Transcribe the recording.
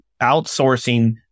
outsourcing